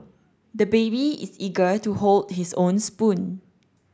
the baby is eager to hold his own spoon